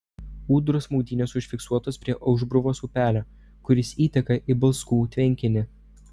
ūdros maudynės užfiksuotos prie aušbruvos upelio kuris įteka į balskų tvenkinį